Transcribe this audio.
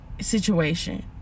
situation